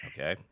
Okay